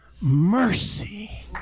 mercy